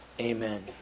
Amen